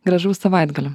gražaus savaitgalio